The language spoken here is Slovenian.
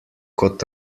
kot